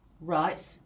Right